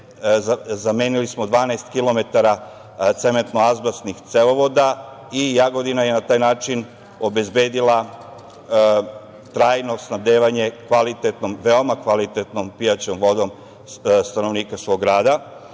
zamenili smo 12 kilometara cementno–azbestnih cevovoda i Jagodina je na taj način obezbedila trajno snabdevanje veoma kvalitetnom pijaćom vodom stanovnike svog grada.